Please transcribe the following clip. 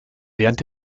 während